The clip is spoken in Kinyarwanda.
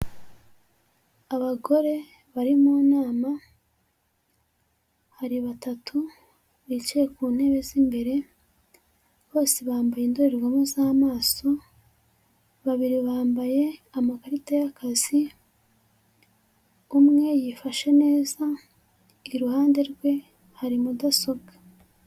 Abagore bari mu nama, hari batatu bicaye ku ntebe z'imbere bose bambaye indorerwamo z'amaso, babiri bambaye amakarita y'akazi, umwe yifashe neza iruhande rwe hari mudasobwa.